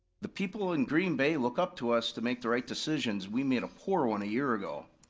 the people in green bay look up to us to make the right decisions, we made a poor one a year ago.